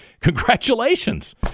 congratulations